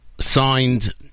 signed